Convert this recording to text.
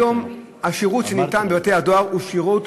היום השירות שניתן בבתי-הדואר הוא שירות